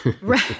Right